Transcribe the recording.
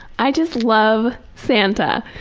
i just love santa.